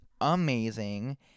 amazing